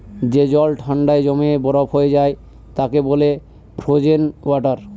যে জল ঠান্ডায় জমে বরফ হয়ে যায় তাকে বলে ফ্রোজেন ওয়াটার